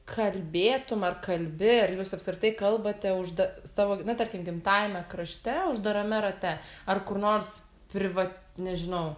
kalbėtum ar kalbi ar jūs apskritai kalbate už da savo na tarkim gimtajame krašte uždarame rate ar kur nors privat nežinau